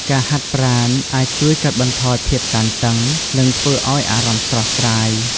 ការហាត់ប្រាណអាចជួយកាត់បន្ថយភាពតានតឹង និងធ្វើឲ្យអារម្មណ៍ស្រស់ស្រាយ។